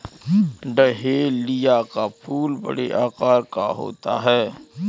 dahlia का फूल बड़े आकार का होता है